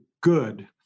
good